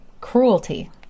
cruelty